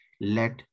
let